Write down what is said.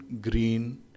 green